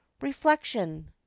reflection